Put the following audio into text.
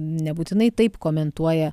nebūtinai taip komentuoja